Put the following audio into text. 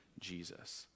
Jesus